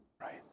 right